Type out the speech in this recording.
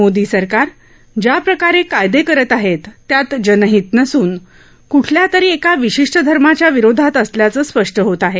मोदी सरकार ज्या प्रकारे कायदे करत आहेत त्यात जनहित नसून कुठल्यातरी एका विशिष्ट धर्माच्या विरोधात असल्याचे स्पष्ट होत आहे